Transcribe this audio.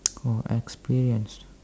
or experienced